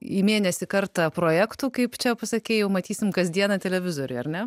į mėnesį kartą projektų kaip čia pasakei jau matysim kasdieną televizoriuj ar ne